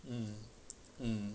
mm mm